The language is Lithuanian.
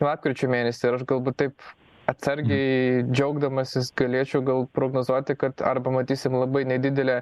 lapkričio mėnesį ir aš galbūt taip atsargiai džiaugdamasis galėčiau gal prognozuoti kad arba matysim labai nedidelę